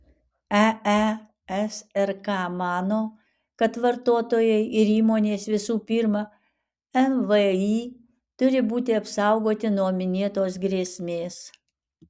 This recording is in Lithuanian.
eesrk mano kad vartotojai ir įmonės visų pirma mvį turi būti apsaugoti nuo minėtos grėsmės